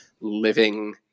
living